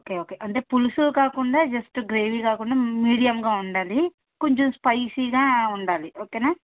okay okay అంటే పులుసు కాకుండా జస్ట్ గ్రేవి కాకుండా మీడియంగా ఉండాలి కొంచెం స్పైసీగా ఉండాలి ఓకేనా